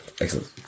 Excellent